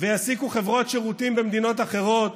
ויעסיקו חברות שירותים במדינות אחרות,